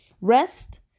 rest